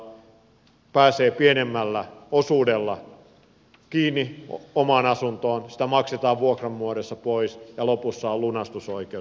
osaomistusasunnossa pääsee pienemmällä osuudella kiinni omaan asuntoon sitä maksetaan vuokran muodossa pois ja lopussa on lunastusoikeus